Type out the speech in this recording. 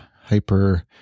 Hyper